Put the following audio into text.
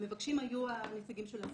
המבקשים היו הנציגים של הסגל.